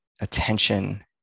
attention